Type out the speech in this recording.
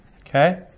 Okay